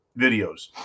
videos